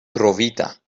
trovita